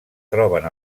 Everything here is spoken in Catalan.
troben